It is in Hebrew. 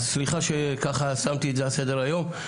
אז סליחה שככה שמתי את זה על סדר היום,